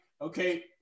okay